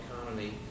economy